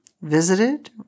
visited